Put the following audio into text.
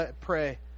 pray